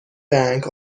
bank